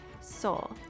soul